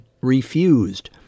refused